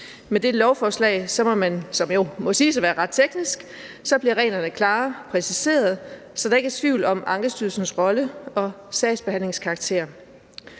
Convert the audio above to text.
Med dette lovforslag, som jo må siges at være ret teknisk, bliver reglerne klare og præciseret, så der ikke er tvivl om Ankestyrelsens rolle og sagsbehandlingens karakter.